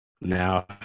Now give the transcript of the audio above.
now